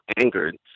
angered